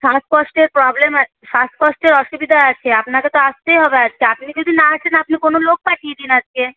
শ্বাসকষ্টের প্রবলেম আছে শ্বাসকষ্টের অসুবিধা আছে আপনাকে তো আসতেই হবে আজকে আপনি যদি না আসেন আপনি কোনো লোক পাঠিয়ে দিন আজকে